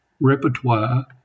repertoire